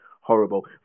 horrible